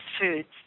foods